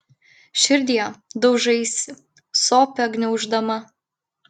širdie daužaisi sopę gniauždama